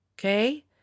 Okay